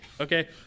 okay